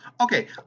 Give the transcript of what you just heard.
Okay